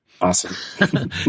Awesome